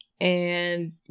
and-